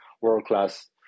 world-class